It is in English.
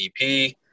EP